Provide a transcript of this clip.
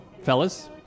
fellas